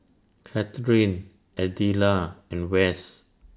Katharyn Adela and West